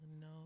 No